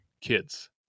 kids